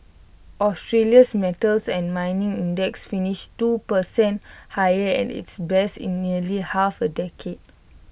Australia's metals and mining index finished two per cent higher at its best in nearly half A decade